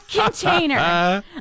container